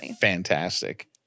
fantastic